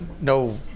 no